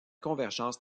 convergence